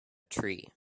tree